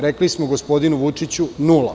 Rekli smo gospodinu Vučiću nula.